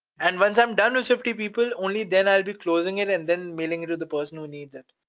and once i'm done with fifty people, only then i'll be closing it and then mailing it to the person who needs it.